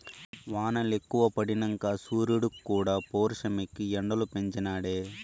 వానలెక్కువ పడినంక సూరీడుక్కూడా పౌరుషమెక్కి ఎండలు పెంచి నాడే